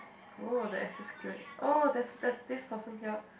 oh the assist good oh there's there's this person here